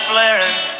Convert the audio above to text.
Flaring